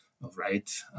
right